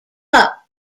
but